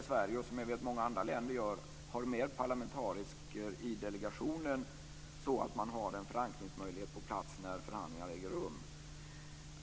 I Sverige, och i många andra länder, har vi mer parlamentariker i delegationen och har därmed en förankringsmöjlighet på plats när förhandlingarna äger rum.